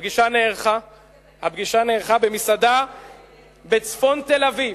"הפגישה נערכה במסעדה בצפון תל-אביב.